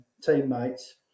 teammates